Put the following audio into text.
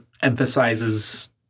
Emphasizes